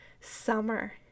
summer